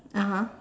(uh huh)